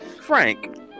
frank